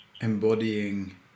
embodying